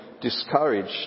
discouraged